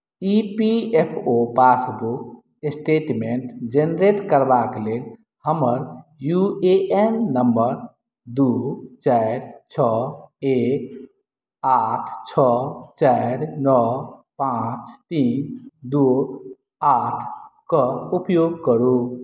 ई P F O passbook statement generate करबाक लेल हमर यू ए एन नम्बर दू चारि छओ एक आठ छओ चारि नओ पाँच तीन दू आठ कऽ उपयोग करू